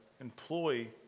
employee